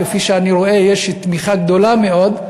כפי שאני רואה יש תמיכה גדולה מאוד,